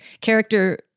character